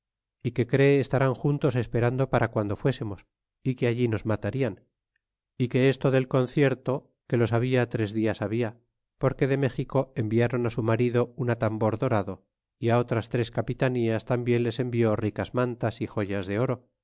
y que cree estarán juntos esperando para cuando fuésemos y que allí nos matarian y que esto del concierto que lo sabia tres tilas habla porque de méxico enviaron a su marido un atambor dorado é á otras tres capitanías tambien les envió ricas mantas y joyas de oro